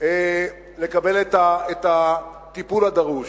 ולתת להם את הטיפול הדרוש.